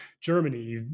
Germany